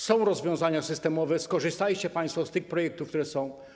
Są rozwiązania systemowe, skorzystajcie państwo z tych projektów, które są.